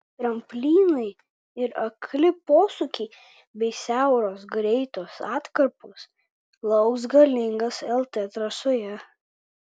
tramplynai ir akli posūkiai bei siauros greitos atkarpos lauks galingas lt trasoje